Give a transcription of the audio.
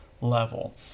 level